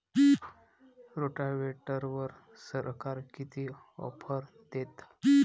रोटावेटरवर सरकार किती ऑफर देतं?